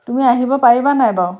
তুমি আহিব পাৰিবা নাই বাৰু